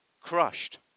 crushed